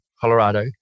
Colorado